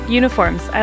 uniforms